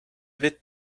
vite